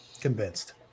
convinced